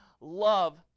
love